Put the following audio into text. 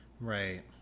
Right